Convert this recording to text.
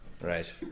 Right